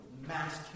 mass